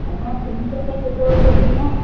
ଆପଣଙ୍କ କ୍ଲିନିକଟା ସାର୍ କେତେବେଳେ ଖୋଲୁଛି ମ